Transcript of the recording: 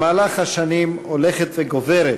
במהלך השנים הולכת וגוברת